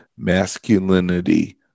Masculinity